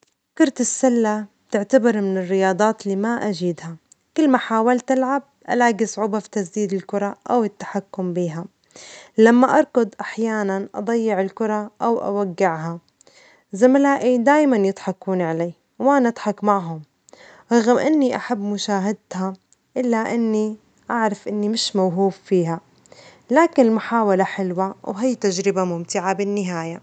كرة السلة تعتبر من الرياضات اللي ما أجيدها ،كل ما حاولت ألعب ألاجى صعوبة في تسديد الكرة أو التحكم بها، لما أركض أحيانا أضيع الكرة أو أوجعها، زملائي دايما يضحكون علي وأنا أضحك معهم ،رغم إني أحب مشاهدتها إلا إني أعرف إني مش موهوب فيها لكن المحاولة حلوة وهاي تجربة ممتعة بالنهاية.